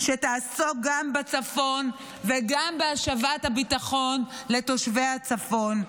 שתעסוק גם בצפון וגם בהשבת הביטחון לתושבי הצפון.